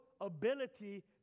ability